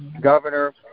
governor